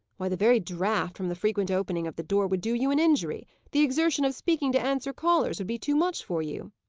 why, the very draught from the frequent opening of the door would do you an injury the exertion of speaking to answer callers would be too much for you.